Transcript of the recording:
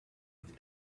with